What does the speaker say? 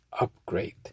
upgrade